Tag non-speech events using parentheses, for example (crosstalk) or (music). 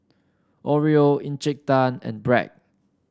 Oreo (unintelligible) Tan and Bragg